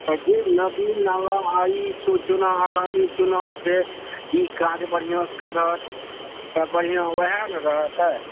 जे नदी नाला आ ई चु चुना आगामी चुनाव छै ई काज बढ़िऑं करत बढ़िऑं ओहा ने रहतै